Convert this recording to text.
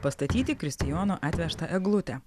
pastatyti kristijono atvežtą eglutę